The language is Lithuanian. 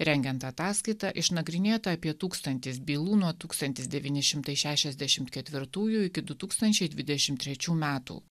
rengiant ataskaitą išnagrinėta apie tūkstantis bylų nuo tūkstantis devyni šimtai šešiasdešimt ketvirtųjų iki du tūkstančiai dvidešimt trečių metų